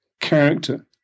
character